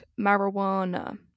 marijuana